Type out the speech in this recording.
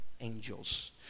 angels